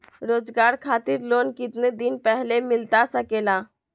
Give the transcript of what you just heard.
रोजगार खातिर लोन कितने दिन पहले मिलता सके ला?